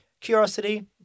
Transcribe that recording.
curiosity